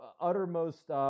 uttermost